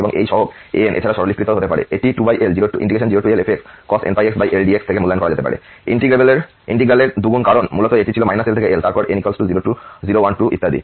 এবং এই সহগ an এছাড়াও সরলীকৃত হতে পারে এটি 2L0Lfxcos nπxL dx থেকে মূল্যায়ন করা যেতে পারে ইন্টিগ্রালের 2 গুণ কারণ মূলত এটি ছিল L থেকে L এবং তারপর n 0 1 2 ইত্যাদি